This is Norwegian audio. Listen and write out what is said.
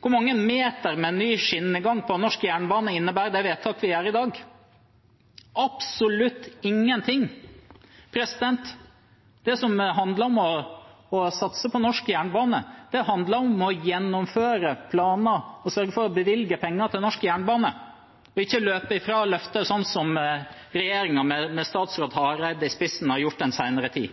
Hvor mange meter med ny skinnegang for norsk jernbane innebærer det vedtaket vi gjør i dag? Absolutt ingen. Det det handler om for å satse på norsk jernbane, er å gjennomføre planer og sørge for å bevilge penger til norsk jernbane – og ikke løpe fra løfter, slik regjeringen med statsråd Hareide i spissen har gjort den